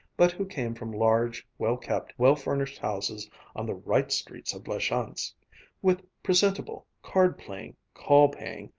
but who came from large, well-kept, well-furnished houses on the right streets of la chance with presentable, card-playing, call-paying,